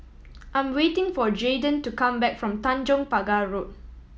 I am waiting for Jaeden to come back from Tanjong Pagar Road